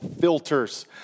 Filters